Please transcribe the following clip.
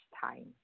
time